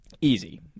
easy